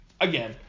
again